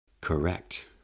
Correct